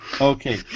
okay